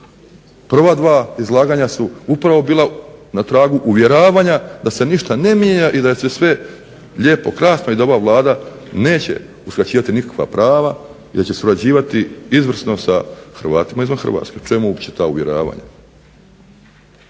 Prva dva izlaganja su upravo bila na tragu uvjeravanja da se ništa ne mijenja i da će sve lijepo, krasno i da ova Vlada neće uskraćivati nikakva prava i da će surađivati izvrsno sa Hrvatima izvan Hrvatske. Čemu uopće ta uvjeravanja?